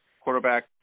quarterback